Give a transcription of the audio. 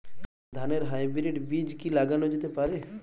ধানের হাইব্রীড বীজ কি লাগানো যেতে পারে?